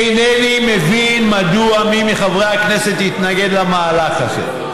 אינני מבין מדוע מי מחברי הכנסת יתנגד למהלך הזה.